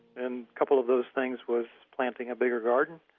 and a couple of those things was planting a bigger garden,